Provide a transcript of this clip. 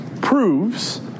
proves